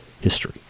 history